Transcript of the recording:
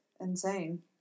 insane